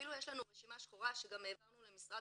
ואפילו יש לנו גם רשימה שחורה שהעברנו למשרד